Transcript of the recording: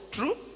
True